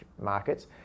markets